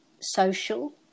social